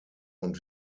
und